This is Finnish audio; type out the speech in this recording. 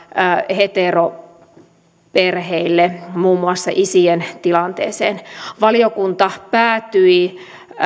heteroperheille muun muassa isien tilanteeseen valiokunta päätyi